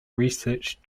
research